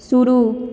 शुरू